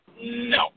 No